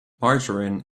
margarine